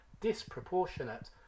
disproportionate